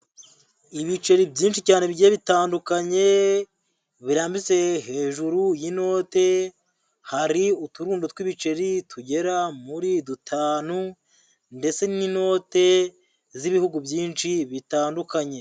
Ibiceri byinshi cyane bigiye bitandukanye, birambitse hejuru y'inote, hari uturundo tw'ibiceri tugera muri dutanu ndetse n'inote z'ibihugu byinshi bitandukanye.